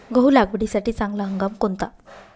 गहू लागवडीसाठी चांगला हंगाम कोणता?